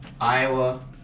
Iowa